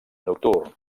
nocturn